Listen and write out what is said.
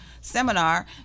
seminar